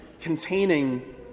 containing